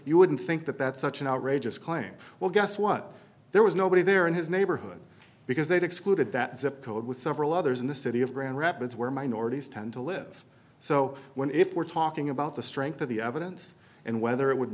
you wouldn't think that that's such an outrageous claim well guess what there was nobody there in his neighborhood because they'd excluded that zip code with several others in the city of grand rapids where minorities tend to live so when if we're talking about the strength of the evidence and whether it would